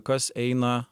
kas eina